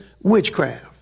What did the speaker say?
witchcraft